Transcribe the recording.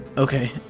Okay